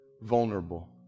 vulnerable